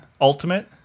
ultimate